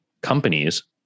companies